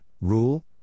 rule